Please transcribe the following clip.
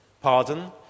Pardon